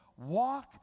Walk